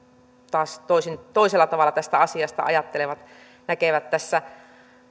taas toisella tavalla tästä asiasta ajattelevat näkevät tässä